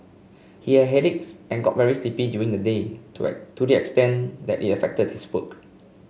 he had headaches and got very sleepy during the day to the extent that it affected his work